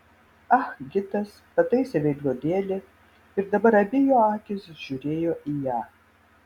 ah gitas pataisė veidrodėlį ir dabar abi jo akys žiūrėjo į ją